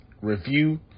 review